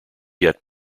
yet